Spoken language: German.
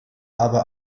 aber